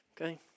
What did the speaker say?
okay